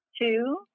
two